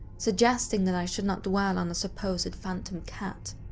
suggesting that i should not dwell on a supposed phantom cat.